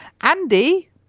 Andy